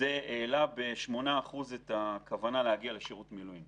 עולה כי זה העלה ב-8% את הכוונה להגיע לשירות מילואים.